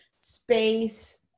space